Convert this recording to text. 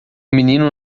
menino